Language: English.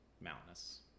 mountainous